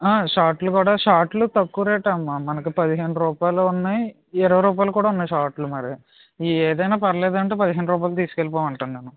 షార్ట్లు కూడా షార్ట్లు తక్కువ రేటే అమ్మా మనకి పదిహేను రూపాయలు ఉన్నాయి ఇరవై రూపాయలు కూడా ఉన్నాయి షార్ట్లు మరి ఏదైనా పర్లేదంటే పదిహేను రూపాయలు తీసుకెళ్ళిపోమంటాను నేను